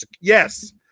Yes